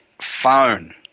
phone